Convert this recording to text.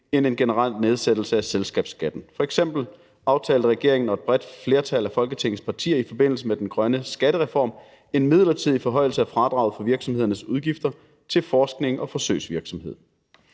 end en generel nedsættelse af selskabsskatten. F.eks. aftalte regeringen og et bredt flertal af Folketingets partier i forbindelse med den grønne skattereform en midlertidig forhøjelse af fradraget for virksomhedernes udgifter til forskning og forsøgsvirksomhed.